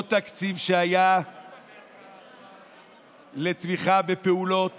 אותו תקציב שהיה לתמיכה בפעולות